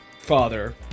father